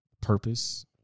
purpose